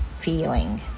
feeling